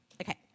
Okay